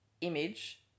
image